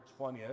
20th